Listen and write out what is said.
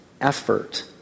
effort